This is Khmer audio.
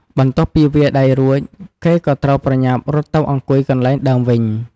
បន្ទាប់ពីវាយដៃរួចគេក៏ត្រូវប្រញាប់រត់ទៅអង្គុយកន្លែងដើមវិញ។